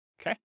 Okay